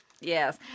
Yes